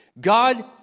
God